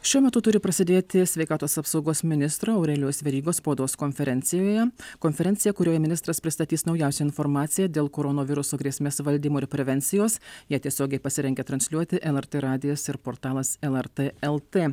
šiuo metu turi prasidėti sveikatos apsaugos ministro aurelijaus verygos spaudos konferencijoje konferencija kurioje ministras pristatys naujausią informaciją dėl koronaviruso grėsmės valdymo ir prevencijos ją tiesiogiai pasirengę transliuoti lrt radijas ir portalas lrt lt